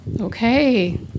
Okay